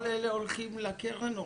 כל אלה הולכים לקרן?